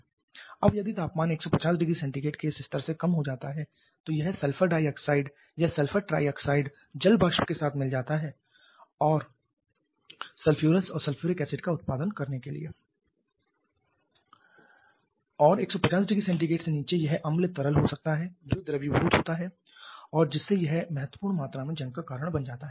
अब यदि तापमान 150℃ के इस स्तर से कम हो जाता है तो यह सल्फर डाइऑक्साइड या सल्फर ट्राइऑक्साइड जल वाष्प के साथ मिल सकता है सल्फ्यूरस और सल्फ्यूरिक एसिड का उत्पादन करने के लिए और 150℃ से नीचे यह अम्ल तरल हो सकता है जो द्रवीभूत होता है और जिससे यह महत्वपूर्ण मात्रा में जंग का कारण बन सकता है